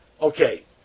Okay